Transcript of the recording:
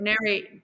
narrate